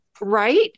Right